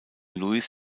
luis